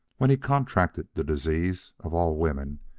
when he contracted the disease, of all women,